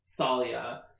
Salia